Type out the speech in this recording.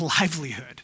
livelihood